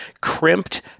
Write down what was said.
crimped